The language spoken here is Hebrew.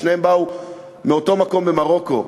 שניהם באו מאותו מקום במרוקו.